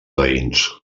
veïns